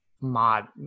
mod